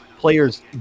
players